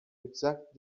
exact